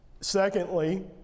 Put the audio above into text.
Secondly